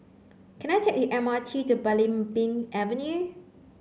can I take the M R T to Belimbing Avenue